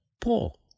Paul